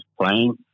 playing